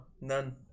none